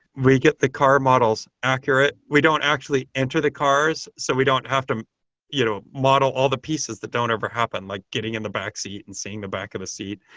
we get the car models accurate. we don't actually enter the cars. so we don't have to you know model all the pieces that don't ever happen, like getting in the backseat and seeing the back of a seat.